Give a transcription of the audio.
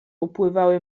upływały